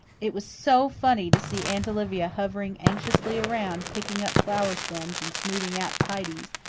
it was so funny to see aunt olivia hovering anxiously around, picking up flower stems, and smoothing out tidies,